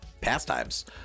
pastimes